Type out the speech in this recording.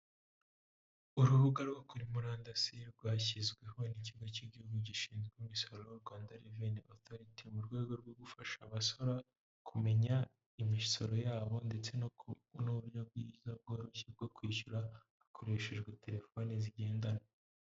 Urubuga rwo kuri murandasi rwashyizweho n'ikigo cy'igihugu gishinzwe umusoro Rwanda reveni otoriti, mu rwego rwo gufasha abasora kumenya imisoro yabo ndetse n'uburyo bwiza bworoshye bwo kwishyura hakoreshejwe telefoni zigendanwa.